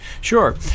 Sure